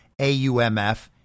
AUMF